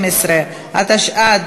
112), התשע"ד